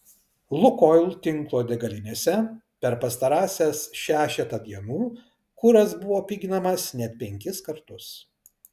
lukoil tinklo degalinėse per pastarąsias šešetą dienų kuras buvo piginamas net penkis kartus